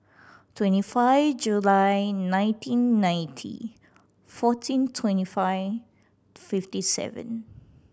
twenty five July nineteen ninety fourteen twenty five fifty seven